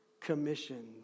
Commissioned